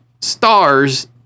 stars